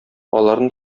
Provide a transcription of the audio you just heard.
аларны